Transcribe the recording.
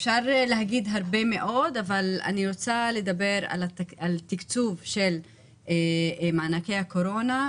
אני רוצה לדבר על תקצוב מענקי הקורונה,